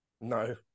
No